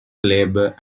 labor